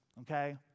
okay